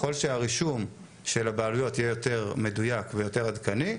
ככל שהרישום של הבעלויות יהיה יותר מדויק ויותר עדכני,